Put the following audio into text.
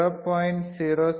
125 megahertz നൽകും